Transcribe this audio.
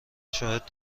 شاهد